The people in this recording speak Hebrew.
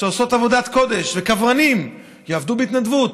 שעושות עבודת קודש, וקברנים, יעבדו בהתנדבות.